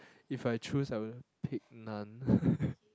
if I choose I will pick none